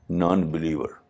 non-believer